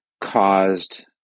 caused